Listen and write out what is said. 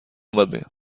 پایم